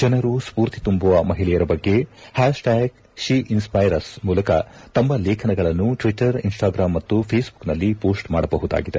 ಜನರು ಸ್ವೂರ್ತಿ ತುಂಬುವ ಮಹಿಳೆಯರ ಬಗ್ಗೆ hashtag she inspires us ಮೂಲಕ ತಮ್ನ ಲೇಖನಗಳನ್ನು ಟ್ನೀಟರ್ ಇನ್ಟಾಗ್ರಾಮ್ ಮತ್ತು ಫೇಸ್ಬುಕ್ನಲ್ಲಿ ಪೋಸ್ಟ್ ಮಾಡಬಹುದಾಗಿದೆ